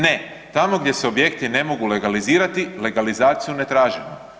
Ne, tamo gdje se objekti ne mogu legalizirati, legalizaciju ne tražimo.